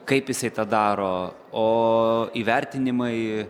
kaip jisai tą daro o įvertinimai